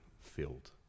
filled